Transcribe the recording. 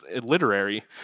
literary